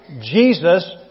Jesus